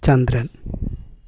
ചന്ദ്രൻ